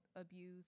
abuse